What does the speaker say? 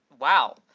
wow